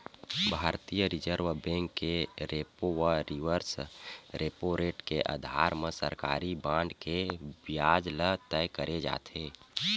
भारतीय reserve bank के repo व रिवर्स रेपो रेट के अधार म सरकारी बांड के बियाज ल तय करे जाथे